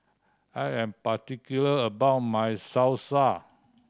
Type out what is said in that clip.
I am particular about my Salsa